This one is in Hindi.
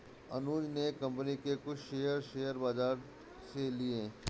अनुज ने एक कंपनी के कुछ शेयर, शेयर बाजार से लिए